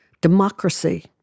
democracy